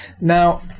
Now